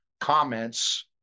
comments